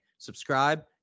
Subscribe